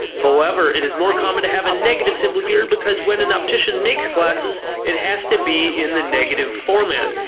however, it is more common to have a negative symbol here because when an optician makes glasses, it has to be in the negative format.